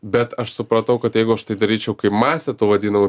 bet aš supratau kad jeigu aš tai daryčiau kai masė tų vadinamų